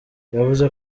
yavuze